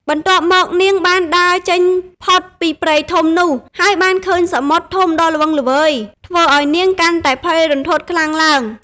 បន្ទាប់មក នាងបានដើរចេញផុតពីព្រៃធំនោះ ហើយបានឃើញសមុទ្រ ធំដ៏ល្វឹងល្វើយ ធ្វើឱ្យនាងកាន់តែភ័យរន្ធត់ខ្លាំងឡើង ។